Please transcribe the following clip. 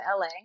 LA